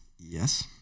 Yes